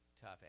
tough